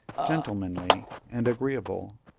gentlemanly, and agreeable.